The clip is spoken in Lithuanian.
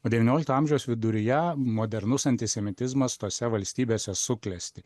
o devyniolikto amžiaus viduryje modernus antisemitizmas tose valstybėse suklesti